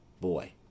boy